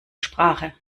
sprache